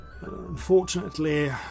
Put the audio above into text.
unfortunately